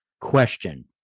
question